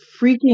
freaking